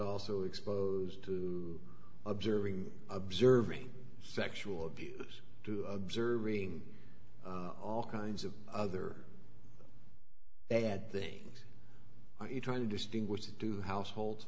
lso exposed to observing observing sexual abuse to observing all kinds of other bad things are you trying to distinguish the two households